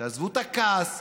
תעזבו את הכעס,